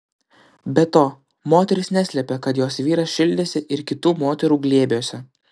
be to moteris neslėpė kad jos vyras šildėsi ir kitų moterų glėbiuose